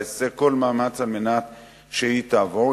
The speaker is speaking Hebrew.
ואעשה כל מאמץ על מנת שהיא תעבור.